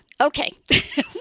okay